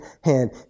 hand